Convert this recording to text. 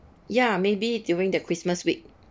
ya maybe during the christmas week